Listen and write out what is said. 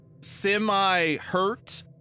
semi-hurt